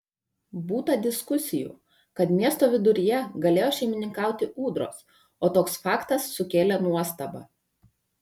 būta diskusijų kad miesto viduryje galėjo šeimininkauti ūdros o toks faktas sukėlė nuostabą